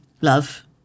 love